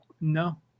no